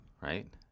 right